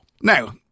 now